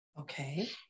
Okay